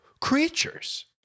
creatures